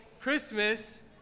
Christmas